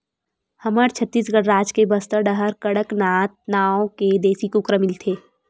हमर छत्तीसगढ़ राज के बस्तर डाहर कड़कनाथ नाँव के देसी कुकरा मिलथे